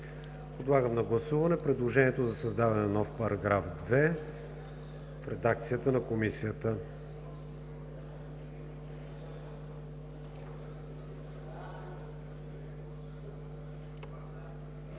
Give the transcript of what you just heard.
Подлагам на гласуване предложението за създаване на § 14 в редакцията на Комисията.